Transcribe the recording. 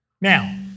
Now